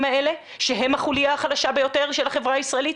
האלה שהם החוליה החלשה ביותר של החברה הישראלית,